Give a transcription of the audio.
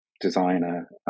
designer